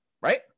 right